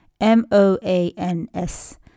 M-O-A-N-S